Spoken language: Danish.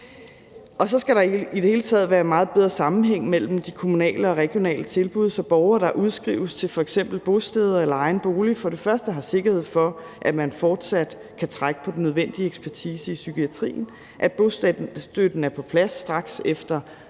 Og så skal der i det hele taget være meget bedre sammenhæng mellem de kommunale og regionale tilbud, så borgere, der udskrives til f.eks. bosteder eller egen bolig, for det første har sikkerhed for, at man fortsat kan trække på den nødvendige ekspertise i psykiatrien, at bostøtten er på plads, straks efter